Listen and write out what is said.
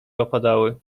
opadały